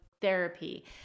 therapy